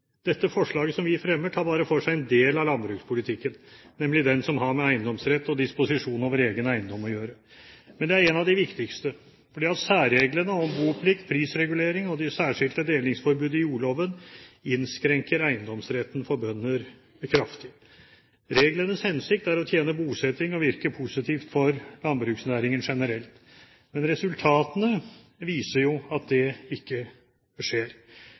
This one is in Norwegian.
Dette forslaget som vi fremmer, tar bare for seg en del av landbrukspolitikken, nemlig den som har med eiendomsrett og disposisjon over egen eiendom å gjøre. Men den er en av de viktigste, for særreglene om boplikt, prisregulering og det særskilte delingsforbudet i jordloven innskrenker eiendomsretten for bønder kraftig. Reglenes hensikt er å tjene bosetting og virke positivt for landbruksnæringen generelt, men resultatene viser jo at det ikke skjer.